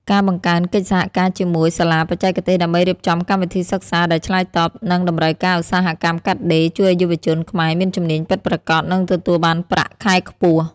ការបង្កើនកិច្ចសហការជាមួយសាលាបច្ចេកទេសដើម្បីរៀបចំកម្មវិធីសិក្សាដែលឆ្លើយតបនឹងតម្រូវការឧស្សាហកម្មកាត់ដេរ ជួយឱ្យយុវជនខ្មែរមានជំនាញពិតប្រាកដ និងទទួលបានប្រាក់ខែខ្ពស់។